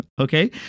okay